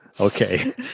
Okay